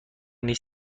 نیز